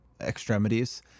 extremities